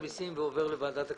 את רשות המיסים ועובר לוועדת הכספים?